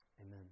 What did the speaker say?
amen